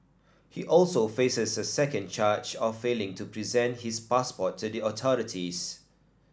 he also faces a second charge of failing to present his passport to the authorities